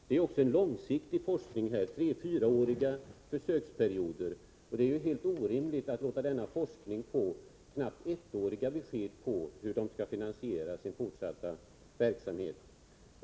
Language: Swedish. Det gäller en långsiktig forskning med tre och fyraåriga försöksperioder, och det är helt orimligt att låta denna forskning få knappt ettåriga besked om hur man skall finansiera sin fortsatta verksamhet.